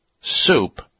soup